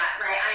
right